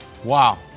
Wow